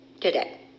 today